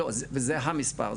וזה המספר,